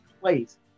place